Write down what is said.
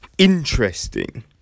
Interesting